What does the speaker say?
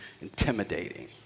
intimidating